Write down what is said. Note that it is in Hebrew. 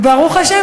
ברוך השם.